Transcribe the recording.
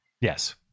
yes